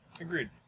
Agreed